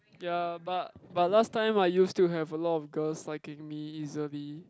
ya but but last time I used to have a lot of girls liking me easily